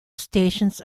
stations